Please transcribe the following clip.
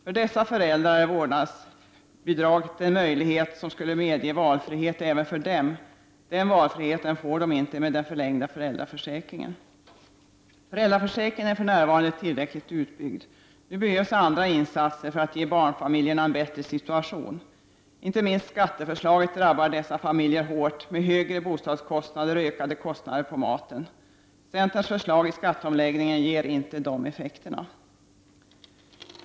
För dessa föräldrar är vårdnadsbidrag den möjlighet som skulle medge valfrihet även för dem — den valfriheten får de inte med den förlängda föräldraförsäkringen. Föräldraförsäkringen är för närvarande tillräckligt utbyggd. Nu behövs andra insatser för att ge barnfamiljerna en bättre situation. Inte minst skatteförslaget drabbar dessa familjer hårt, med högre bostadskostnader och ökade kostnader för maten. Centerns förslag i skatteomläggningen ger inte dessa effekter.